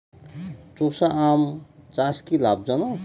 চোষা আম চাষ কি লাভজনক?